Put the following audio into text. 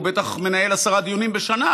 הוא בטח מנהל עשרה דיונים בשנה,